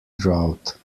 drought